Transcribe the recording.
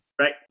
Right